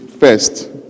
First